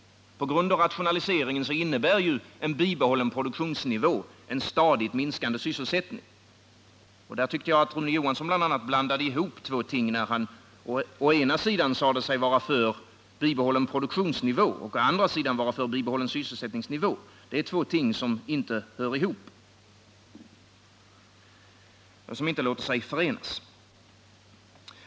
På grund av rationaliseringen innebär ju en bibehållen produktionsnivå en stadigt minskande sysselsättning. Där tyckte jag att Rune Johansson bl.a. blandade ihop två ting när han å ena sidan sade sig vara för en bibehållen produktionsnivå och å andra sidan sade sig vara för en bibehållen sysselsättningsnivå — det är två ting som inte hör ihop och som inte låter sig förenas.